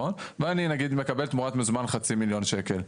ואני, נגיד, מקבל תמורת מזומן של חצי מיליון שקל.